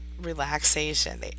relaxation